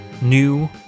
new